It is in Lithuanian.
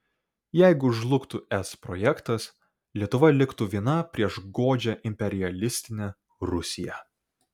jeigu žlugtų es projektas lietuva liktų viena prieš godžią imperialistinę rusiją